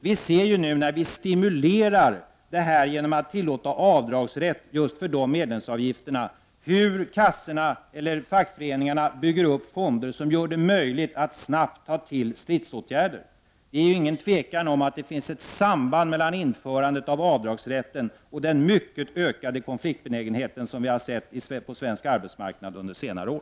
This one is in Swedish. Vi ser ju nu hur fackföreningarna, när vi tillåter avdrag för sådana medlemsavgifter, bygger upp fonder som gör det möjligt att snabbt ta till stridsåtgärder. Det är ju ingen tvekan om att det finns ett samband mellan införandet av avdragsrätten och den mycket ökade konfliktbenägenhet som vi har märkt på svensk arbetsmarknad under senare år.